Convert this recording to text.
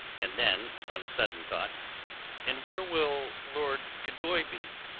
and then on a sudden thought and where will lord gildoy be,